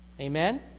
Amen